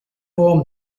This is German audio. wurm